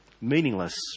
meaningless